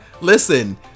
Listen